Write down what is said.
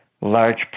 large